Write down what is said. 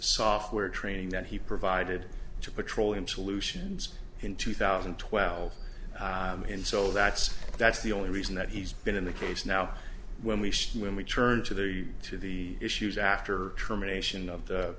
software training that he provided to petroleum solutions in two thousand and twelve and so that's that's the only reason that he's been in the case now when we return to the to the issues after terminations of the